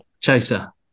Chaser